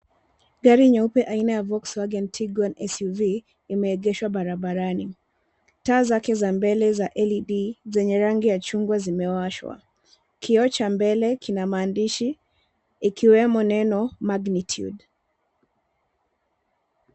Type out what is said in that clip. Gari nyeupe aina ya Volkswagen Tiguan SUV imeegeshwa barabarani. Taa zake za mbele za LED zenye rangi ya chungwa zimewashwa. Kioo cha mbele kina maandishi ikiwemo magnitude .